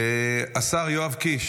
השר יואב קיש